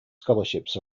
scholarships